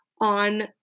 on